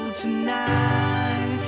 tonight